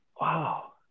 Wow